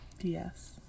yes